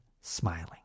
smiling